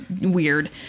Weird